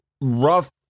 rough